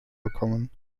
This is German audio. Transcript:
bekommen